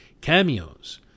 cameos